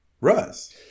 Russ